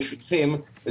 ברשותכם,